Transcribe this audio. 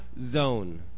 zone